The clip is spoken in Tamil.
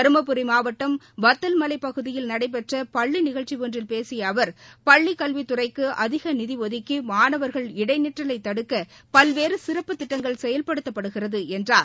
தர்மபுரி மாவட்டம் வத்தல்மலைப் பகுதியில் நடைபெற்ற பள்ளி நிகழ்ச்சி ஒன்றில் பேசிய அவர் பள்ளி கல்வித்துறைக்கு அதிக நிதி ஒதுக்கி மாணவர்கள் இடைநிற்றலைத் தடுக்க பல்வேறு சிறப்புத் திட்டங்கள் செயல்படுத்தப்படுகிறது என்றார்